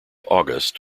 august